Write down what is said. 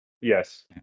Yes